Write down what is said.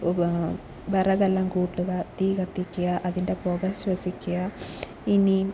വിറകെല്ലാം കൂട്ടുക തീ കത്തിക്കുക അതിൻ്റെ പുക ശ്വസിക്കുക ഇനി